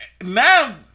Now